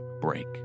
break